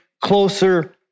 closer